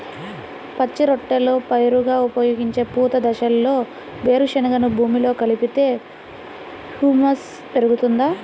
పచ్చి రొట్టెల పైరుగా ఉపయోగించే పూత దశలో వేరుశెనగను భూమిలో కలిపితే హ్యూమస్ పెరుగుతుందా?